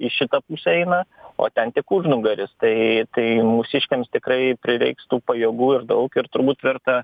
į šitą pusę eina o ten tik užnugaris tai tai mūsiškiams tikrai prireiks tų pajėgų ir daug ir turbūt verta